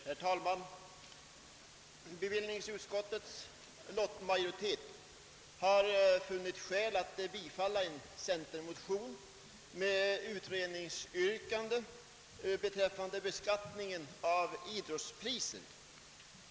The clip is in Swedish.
Herr talman! De ledamöter som med lottens hjälp har blivit i majoritet i bevillningsutskottet har funnit skäl att bifalla en centermotion med utredningsyrkande rörande «beskattningen av idrottspriser.